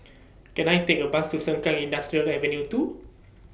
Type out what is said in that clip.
Can I Take A Bus to Sengkang Industrial Avenue two